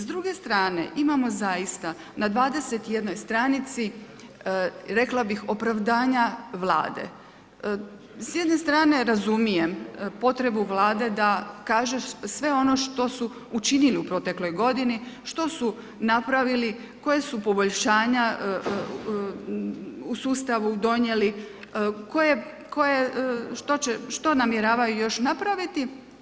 S druge strane imamo zaista na 21 stranici, rekla bih opravdanja Vlade s jedne strane razumijem potrebu Vlade da kaže sve ono što su učinili u protekloj godini, što su napravili, koja su poboljšanja u sustavu donijeli, što namjeravaju još napraviti.